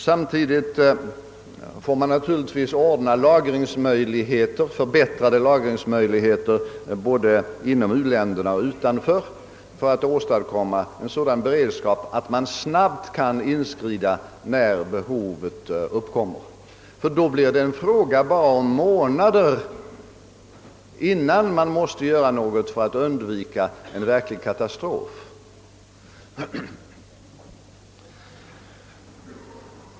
— Samtidigt får man naturligtvis ordna förbättrade lagringsmöjligheter både inom och utom u-länderna för att åstadkomma en sådan beredskap att man snabbt kan inskrida, när behov uppkommer — ty då blir det endast fråga om månader innan man måste göra något för att undvika en verklig katastrof.